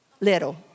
Little